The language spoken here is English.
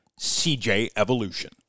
cjevolution